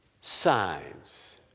signs